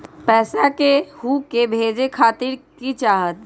पैसा के हु के भेजे खातीर की की चाहत?